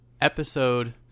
episode